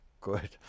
Good